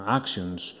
actions